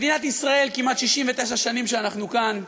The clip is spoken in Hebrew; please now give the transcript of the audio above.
מדינת ישראל, כמעט 69 שנים שאנחנו כאן,